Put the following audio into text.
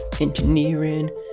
Engineering